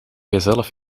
jezelf